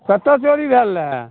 कत चोरी भेल रहए